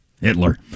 Hitler